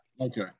Okay